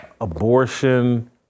abortion